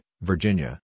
Virginia